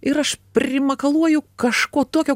ir aš primakaluoju kažko tokio